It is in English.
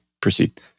proceed